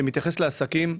שמתייחס לעסקים,